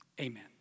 Amen